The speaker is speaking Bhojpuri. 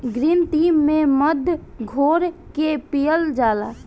ग्रीन टी में मध घोर के पियल जाला